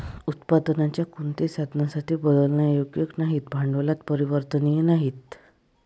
उत्पादनाच्या कोणत्याही साधनासाठी बदलण्यायोग्य नाहीत, भांडवलात परिवर्तनीय नाहीत